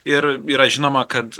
ir yra žinoma kad